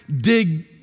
dig